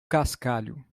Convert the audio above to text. cascalho